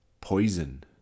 Poison